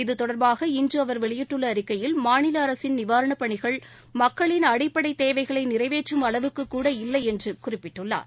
இத்தொடர்பாக இன்றுஅவர் வெளியிட்டுள்ளஅறிக்கையில் மாநிலஅரசின் நிவாரணப் பணிகள் மக்களின் அடிப்படைதேவைகளைநிறைவேற்றும் அளவுக்குகூட இல்லைஎன்றுகுறிப்பிட்டுள்ளார்